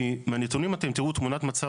כי מהנתונים אתם תיראו תמונת מצב,